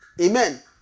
Amen